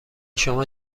شما